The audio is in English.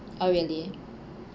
oh really